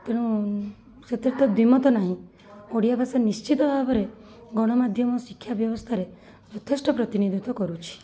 ତେଣୁ ସେଥିରେ ତ ଦିମତନାହିଁ ଓଡ଼ିଆଭାଷା ନିଶ୍ଚିତ ଭାବରେ ଗଣମାଧ୍ୟମ ଶିକ୍ଷାବ୍ୟବସ୍ଥାରେ ଯଥେଷ୍ଟ ପ୍ରତିନିଧିତ୍ଵ କରୁଛି